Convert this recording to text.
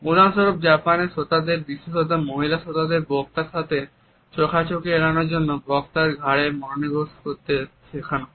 উদাহরণস্বরূপ জাপানে শ্রোতাদের বিশেষত মহিলা শ্রোতাদের বক্তার সাথে চোখাচোখি এড়ানোর জন্য বক্তার ঘাড়ে মনোনিবেশ করতে শেখানো হয়